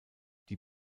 die